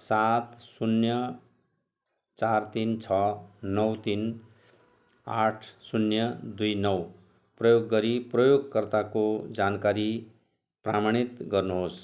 सात शून्य चार तिन छ नौ तिन आठ शून्य दुई नौ प्रयोग गरी प्रयोगकर्ताको जानकारी प्रामाणित गर्नुहोस्